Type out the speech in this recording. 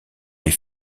les